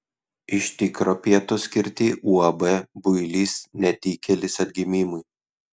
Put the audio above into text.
iš tikro pietūs skirti uab builis netikėlis atgimimui